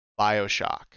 Bioshock